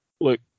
look